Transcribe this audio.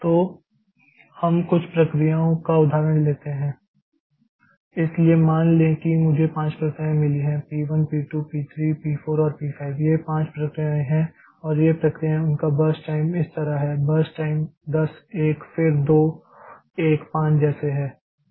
तो हम कुछ प्रक्रियाओं का उदाहरण लेते हैं इसलिए मान लें कि मुझे 5 प्रक्रियाएँ मिली हैं P 1 P 2 P 3 P 4 और P 5 ये 5 प्रक्रियाएँ हैं और ये प्रक्रियाएँ उनका बर्स्ट टाइम इस तरह है बर्स्ट टाइम 10 1 फिर 2 1 5 जैसे है